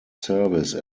service